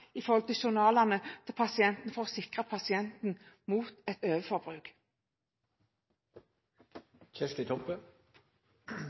journalene til pasientene, for å sikre pasientene mot et overforbruk.